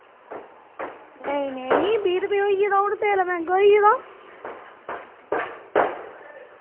नेईं नेईं बीह् रपे होई गेदा हू'न तेल मैहंगा होई गेदा